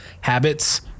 habits